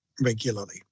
regularly